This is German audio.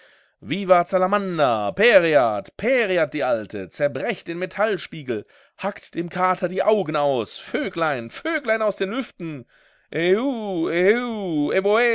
vivat salamander pereat pereat die alte zerbrecht den metallspiegel hackt dem kater die augen aus vöglein vöglein aus den lüften